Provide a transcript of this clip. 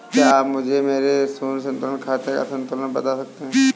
क्या आप मुझे मेरे शून्य संतुलन खाते का संतुलन बता सकते हैं?